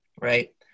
right